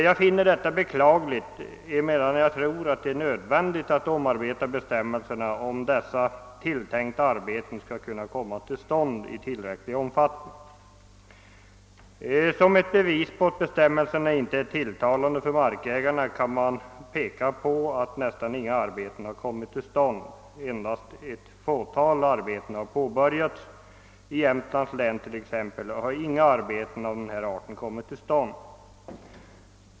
Jag finner det beklagligt, emedan jag tror att det är nödvändigt att omarbeta bestämmelserna, om dessa tilltänkta arbeten skall kunna komma till stånd i tillräcklig omfattning. Som ett bevis på att bestämmelserna inte är tilltalande för markägarna kan man peka på att endast ett fåtal stödarbeten har påbörjats. I Jämtlands län t.ex. har inga arbeten av denna art ännu kommit till stånd.